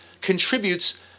contributes